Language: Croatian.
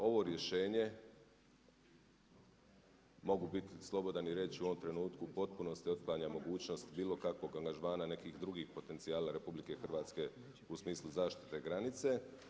Ovo rješenje, mogu biti slobodan i reći u ovom trenutku u potpunosti otklanja mogućnost bilo kakvog angažmana nekih drugih potencijala RH u smislu zaštite granice.